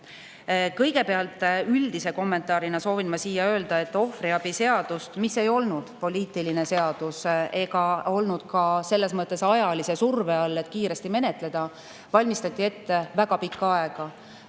Kõigepealt, üldise kommentaarina soovin ma öelda, et ohvriabi seadust, mis ei olnud poliitiline seadus ega olnud ka selles mõttes ajalise surve all, et kiiresti menetleda, valmistati ette väga pikka aega.